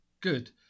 Good